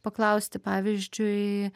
paklausti pavyzdžiui